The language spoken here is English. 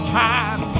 time